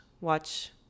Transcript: watch